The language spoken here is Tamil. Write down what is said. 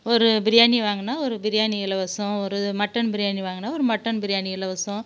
ஒரு பிரியாணி வாங்குனால் ஒரு பிரியாணி இலவசம் ஒரு மட்டன் பிரியாணி வாங்குனால் ஒரு மட்டன் பிரியாணி இலவசம்